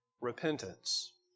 repentance